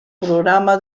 programa